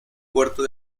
puerto